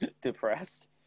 depressed